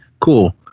Cool